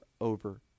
over